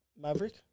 Maverick